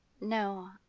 no